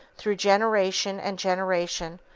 through generation and generation,